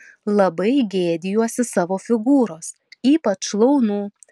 labai gėdijuosi savo figūros ypač šlaunų